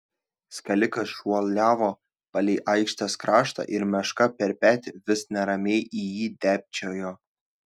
skalikas šuoliavo palei aikštės kraštą ir meška per petį vis neramiai į jį dėbčiojo